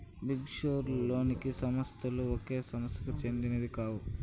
big four లోని సంస్థలు ఒక సంస్థకు సెందినవి కావు